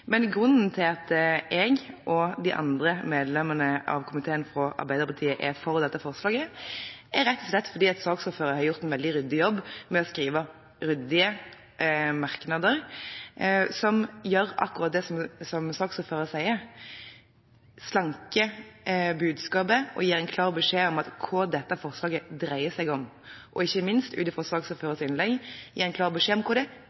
Men grunnen til at jeg og de andre medlemmene av komiteen fra Arbeiderpartiet er for dette forslaget, er rett og slett at saksordføreren har gjort en veldig god jobb med å skrive ryddige merknader, som gjør akkurat det som saksordføreren sier: slanker budskapet og gir en klar beskjed om hva dette forslaget dreier seg om, og ikke minst – ut fra saksordførerens innlegg – hva det ikke dreier seg om.